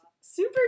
super